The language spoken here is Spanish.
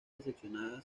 decepcionada